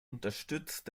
unterstützt